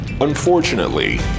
Unfortunately